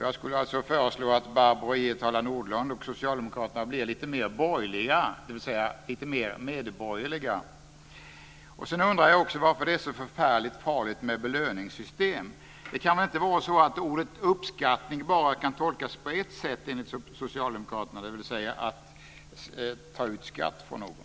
Jag föreslår att Barbro Hietala Nordlund och socialdemokraterna blir lite mer borgerliga, dvs. lite mer medborgerliga. Jag undrar också varför det är så förfärligt farligt med belöningssystem. Det kan väl inte vara så att ordet uppskattning bara kan tolkas på ett sätt enligt Socialdemokraterna, dvs. att ta ut skatt från någon?